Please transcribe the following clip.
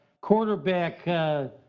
quarterback